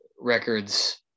records